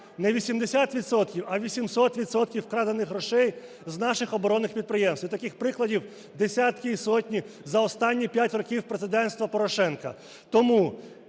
а 800 відсотків вкрадених грошей з наших оборонних підприємств. І таких прикладів десятки і сотні за останні п'ять років президентства Порошенка.